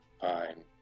fine